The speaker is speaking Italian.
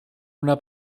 una